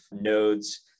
nodes